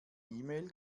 mail